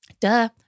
Duh